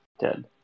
dead